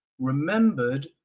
remembered